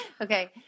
Okay